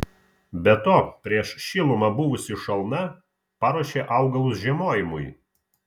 be to prieš šilumą buvusi šalna paruošė augalui žiemojimui